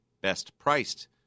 best-priced